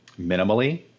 minimally